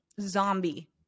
zombie